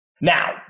Now